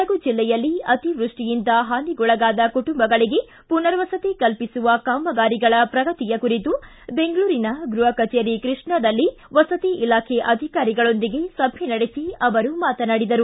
ಕೊಡಗು ಜಿಲ್ಲೆಯಲ್ಲಿ ಅತಿವೃಷ್ಷಿಯಿಂದ ಹಾನಿಗೊಳಗಾದ ಕುಟುಂಬಗಳಿಗೆ ಪುನರ್ವಸತಿ ಕಲ್ಪಿಸುವ ಕಾಮಗಾರಿಗಳ ಪ್ರಗತಿಯ ಕುರಿತು ಬೆಂಗಳೂರಿನ ಗೃಹ ಕಚೇರಿ ಕೃಷ್ಣಾದಲ್ಲಿ ವಸತಿ ಇಲಾಖೆ ಅಧಿಕಾರಿಗಳೊಂದಿಗೆ ಸಭೆ ನಡೆಸಿ ಅವರು ಮಾತನಾಡಿದರು